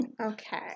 Okay